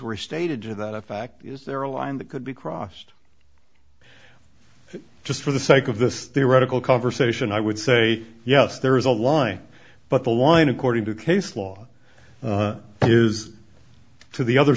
were stated to that effect is there a line that could be crossed just for the sake of this theoretical conversation i would say yes there is a line but the line according to case law is to the other